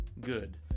good